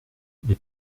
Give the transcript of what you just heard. les